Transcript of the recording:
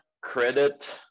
credit